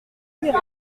numéro